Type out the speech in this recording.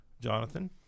Jonathan